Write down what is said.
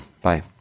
Bye